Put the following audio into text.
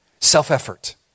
Self-effort